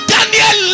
Daniel